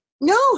No